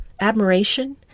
admiration